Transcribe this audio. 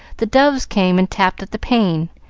the doves came and tapped at the pane,